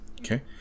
Okay